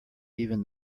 even